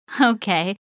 Okay